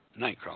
Nightcrawler